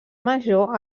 major